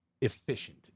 efficient